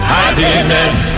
happiness